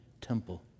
temple